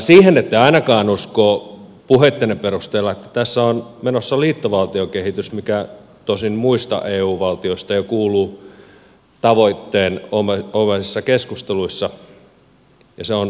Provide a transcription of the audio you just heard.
siihen ette ainakaan usko puheittenne perusteella että tässä on menossa liittovaltiokehitys mikä tosin muista eu valtioista jo kuuluu tavoitteena keskusteluissa ja se on puhdas fakta